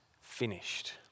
finished